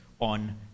on